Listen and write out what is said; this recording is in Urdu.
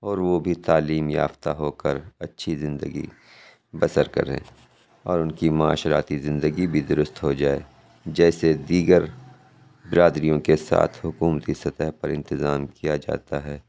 اور وہ بھی تعلیم یافتہ ہو کر اچھی زندگی بسر کریں اور اُن کی معاشرتی زندگی بھی دُرست ہو جائے جیسے دیگر برادریوں کے ساتھ حکومتی سطح پر انتظام کیا جاتا ہے